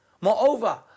Moreover